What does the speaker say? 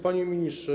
Panie Ministrze!